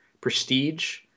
prestige